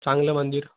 चांगलं मंदिर